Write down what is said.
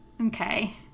Okay